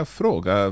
fråga